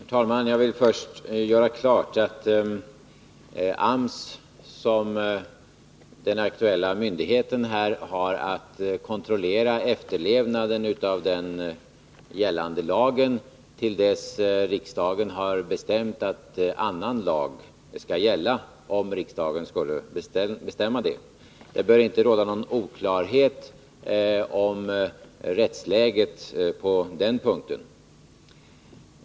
Herr talman! Jag vill först göra klart att AMS som den aktuella myndigheten här har att kontrollera efterlevnaden av den gällande lagen, till dess att riksdagen har bestämt att annan lag skall gälla — om riksdagen kommer att bestämma det. Det bör inte råda någon oklarhet om rättsläget på den punkten.